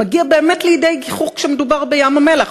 מגיע באמת לידי גיחוך כשמדובר בים-המלח.